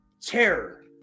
terror